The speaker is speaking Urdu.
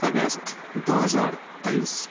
اگست دو ہزار تئیس